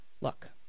look